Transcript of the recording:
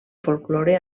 folklore